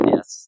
Yes